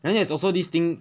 then there's also this thing